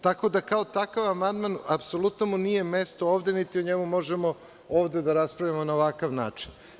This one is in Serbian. Tako da kao takav amandman apsolutno mu nije mesto ovde, niti o njemu možemo ovde da raspravljamo na ovakav način.